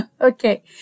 Okay